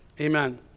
amen